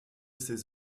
ses